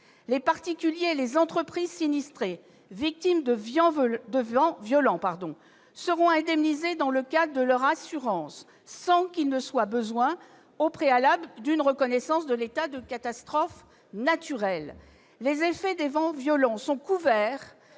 les particuliers et les entreprises sinistrés victimes des vents violents seront indemnisés dans le cadre de leur assurance, sans qu'il soit besoin qu'intervienne au préalable une reconnaissance de l'état de catastrophe naturelle. Les effets des vents violents sont couverts